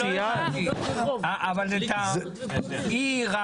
אבל את העיר,